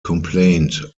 complained